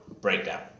breakdown